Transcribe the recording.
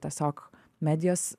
tiesiog medijos